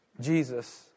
Jesus